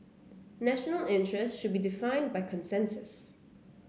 national interest should be defined by consensus